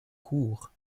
cours